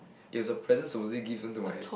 it was a present Suzy given to Waye